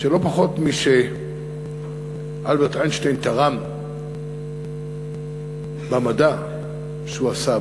שלא פחות משאלברט איינשטיין תרם במדע שהוא עשה,